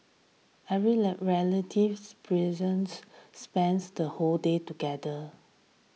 every relative present spends the whole day together